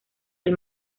del